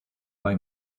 buy